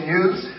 use